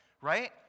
right